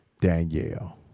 Danielle